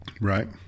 Right